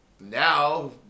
Now